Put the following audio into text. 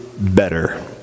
better